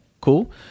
cool